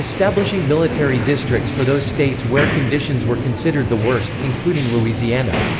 establishing military districts for those states where conditions were considered the worst, including louisiana.